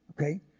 okay